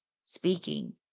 speaking